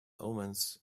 omens